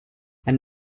and